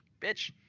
bitch